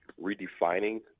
redefining